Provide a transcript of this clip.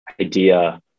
idea